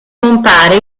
compare